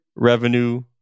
Revenue